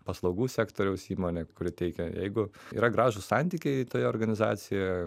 paslaugų sektoriaus įmonė kuri teikia jeigu yra gražūs santykiai toje organizacijoje